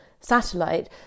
satellite